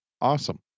Awesome